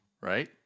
right